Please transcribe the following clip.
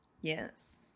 Yes